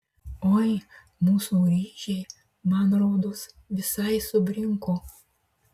oi mūsų ryžiai man rodos visai subrinko